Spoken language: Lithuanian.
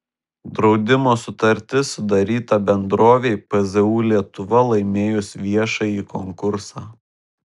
draudimo sutartis sudaryta bendrovei pzu lietuva laimėjus viešąjį konkursą